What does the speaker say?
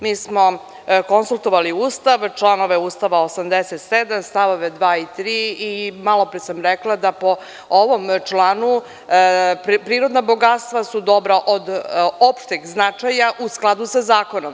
Mi smo konsultovali Ustav, članove Ustava 87, stavove 2. i 3, i malopre sam rekla da po ovom članu prirodna bogatstva su dobra od opšteg značaja u skladu sa zakonom.